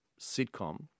sitcom